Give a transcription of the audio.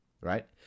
right